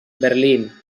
berlín